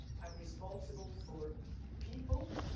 i'm responsible for people